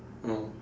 ya lor